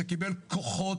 כרגע אני רוצה להבין.